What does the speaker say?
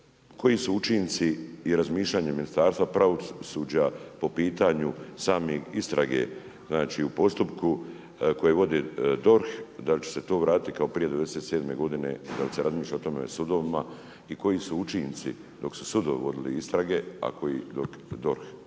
koji su učinci i razmišljanja Ministarstva pravosuđa po pitanju same istrage, znači u postupku koje vode DORH da li će se to vratiti kao prije '97. godine, da li se razmišlja o tome, o sudovima. I koji su učinci dok su sudovi vodili istrage, a koji dok DORH